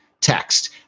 text